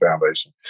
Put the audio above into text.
Foundation